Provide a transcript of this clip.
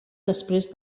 després